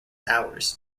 hours